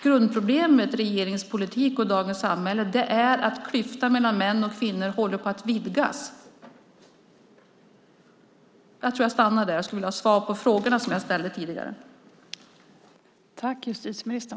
Grundproblemet med regeringens politik och dagens samhälle är att klyftan mellan män och kvinnor håller på att vidgas. Jag skulle vilja ha svar på de frågor som jag ställde tidigare.